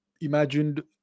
imagined